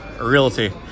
Realty